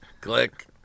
Click